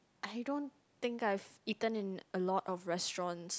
I don't think I've eaten in a lot of restaurants